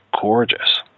gorgeous